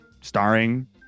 starring